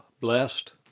blessed